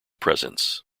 presence